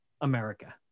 America